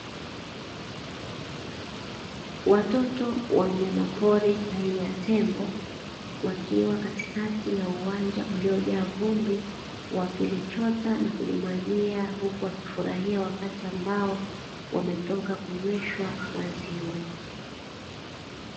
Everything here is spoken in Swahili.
Watoto wa mnyamapori aina ya tembo, wakiwa katikati ya uwanja uliojaa vumbi wakilichota na kujimwagia huku wakifurahia wakati ambao wametoka kunyweshwa maziwa.